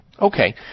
Okay